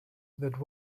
that